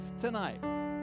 tonight